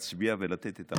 להצביע ולתת את המעטפת.